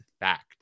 fact